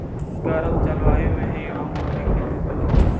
गरम जलवायु में ही अंगूर के खेती होला